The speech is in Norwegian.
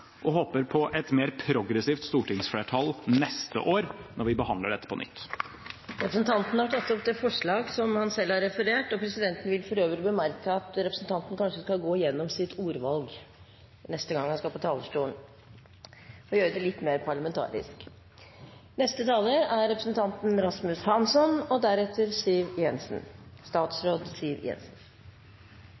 og håper på et mer progressivt stortingsflertall neste år, når vi behandler dette på nytt. Representanten Snorre Serigstad Valen har tatt opp de forslagene han refererte til. Presidenten vil for øvrig bemerke at representanten kanskje bør gå igjennom sitt ordvalg til neste gang han skal på talerstolen, for å kunne uttrykke seg på en litt mer parlamentarisk måte. Den 31. januar i år besluttet Finansdepartementet bl.a. å utelukke Israel Africa Investments og